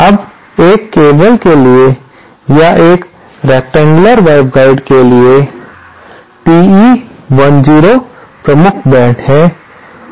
अब एक केबल के लिए या एक रेकटेंगयुलर वेवगाइड के लिए TE10 प्रमुख बेंड्स है